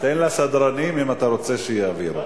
תן לסדרנים, אם אתה רוצה שיעבירו.